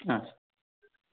ಹಾಂ ಸರ್